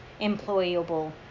employable